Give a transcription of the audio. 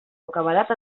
bocabadat